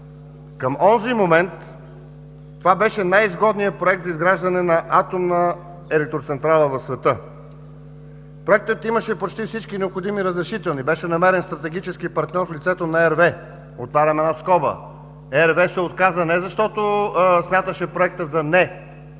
Към онзи момент това беше най-изгодният проект за изграждане на атомна електроцентрала в света. Проектът имаше почти всички необходими разрешителни. Беше намерен стратегически партньор в лицето на RV. Отварям една скоба RV се отказа не защото смяташе проекта за